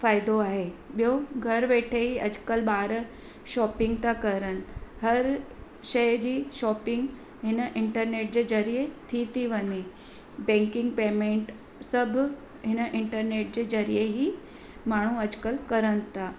फ़ाइदो आहे ॿियो घरु वेठे ई अॼुकल्ह ॿार शॉपिंग था कनि हर शइ जी शॉपींग हिन इंटरनेट जे ज़रिए थी थी वञे बैंकिंग पेमेंट सभु हिन इंटरनेट जे ज़रिए ई माण्हू अॼुकल्ह कनि था